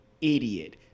idiot